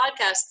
podcast